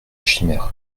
chimère